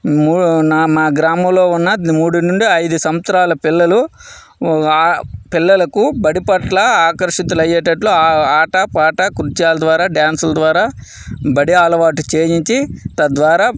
మూ నా నా గ్రామంలో ఉన్న మూడు నుండి ఐదు సంవత్సరాల పిల్లలు ఆ పిల్లలకు బడిపట్ల ఆకర్షితులయ్యేటట్లు ఆట పాట కృత్యాల ద్వారా డాన్సుల ద్వారా బడి అలవాటు చేయించి తద్వారా